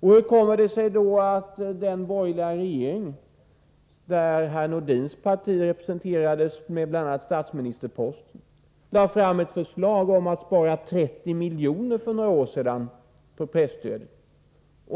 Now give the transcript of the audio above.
Och hur kommer det sig att den borgerliga regering där herr Nordins parti var representerad på bl.a. statsministerposten för några år sedan lade fram ett förslag om att spara 30 miljoner på presstödet?